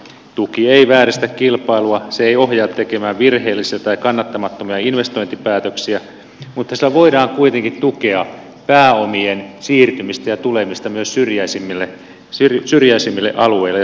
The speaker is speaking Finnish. tuki ei vääristä kilpailua se ei ohjaa tekemään virheellisiä tai kannattamattomia investointipäätöksiä mutta sillä voidaan kuitenkin tukea pääomien siirtymistä ja tulemista myös syrjäisimmille alueille ja seuduille